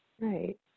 Right